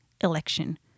election